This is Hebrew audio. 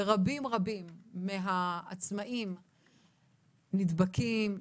ורבים רבים מהעצמאים נדבקים,